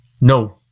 No